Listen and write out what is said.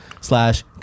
slash